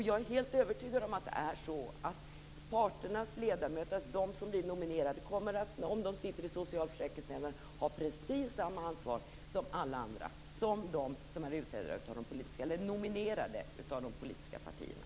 Jag är helt övertygad om att de av parternas ledamöter som blir nominerade och sitter i socialförsäkringsnämnderna kommer att ha precis samma ansvar som alla andra, som är nominerade av de politiska partierna.